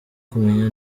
kumenya